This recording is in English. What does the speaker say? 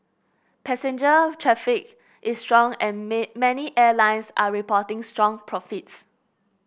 passenger traffic is strong and may many airlines are reporting strong profits